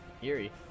Yuri